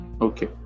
okay